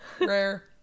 Rare